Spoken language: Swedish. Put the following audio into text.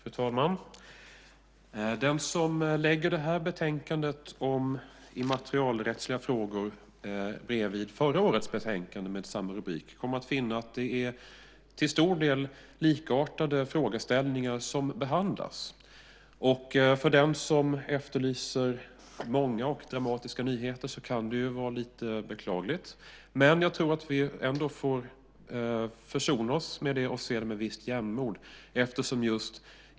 Fru talman! Den som lägger det här betänkandet om immaterialrättsliga frågor bredvid förra årets betänkande med samma rubrik kommer att finna att det till stor del är likartade frågeställningar som behandlas. För den som efterlyser många och dramatiska nyheter kan det ju vara lite beklagligt, men vi får nog ändå försona oss med det och se på det hela med visst jämnmod.